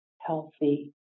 healthy